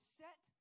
set